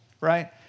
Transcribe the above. right